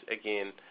again